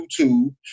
YouTube